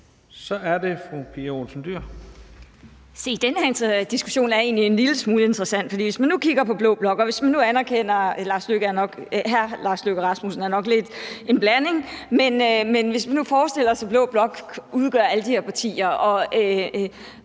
Dyhr. Kl. 15:29 Pia Olsen Dyhr (SF): Se, den her diskussion er egentlig en lille smule interessant. Lad os kigge på blå blok. Hr. Lars Løkke Rasmussen er nok lidt en blanding, men hvis vi nu forestiller os, at blå blok udgør alle de her partier, og